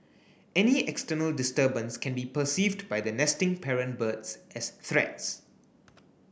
any external disturbance can be perceived by the nesting parent birds as threats